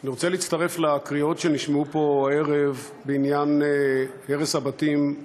אני רוצה להצטרף לקריאות שנשמעו פה הערב בעניין הרס הבתים,